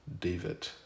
David